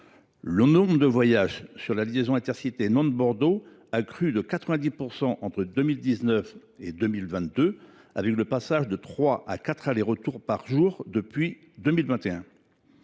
Le nombre de voyages sur la liaison Intercités Nantes Bordeaux a crû de 90 % entre 2019 et 2022, avec le passage de trois à quatre allers retours par jour depuis 2021.